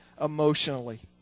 emotionally